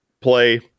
play